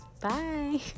bye